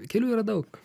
kelių yra daug